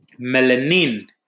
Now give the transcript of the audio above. melanin